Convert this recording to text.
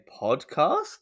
podcast